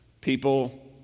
people